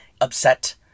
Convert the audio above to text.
upset